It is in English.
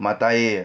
matair jer